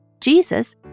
Jesus